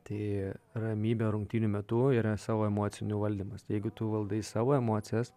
tai ramybė rungtynių metu yra savo emocinių valdymas jeigu tu valdai savo emocijas